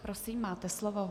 Prosím, máte slovo.